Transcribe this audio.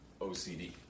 OCD